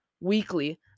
Weekly